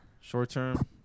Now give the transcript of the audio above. Short-term